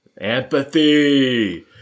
Empathy